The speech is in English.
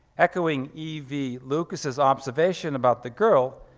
echoing e v. louis's observation about the girl,